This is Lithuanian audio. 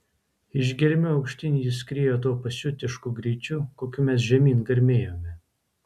iš gelmių aukštyn jis skriejo tuo pasiutišku greičiu kokiu mes žemyn garmėjome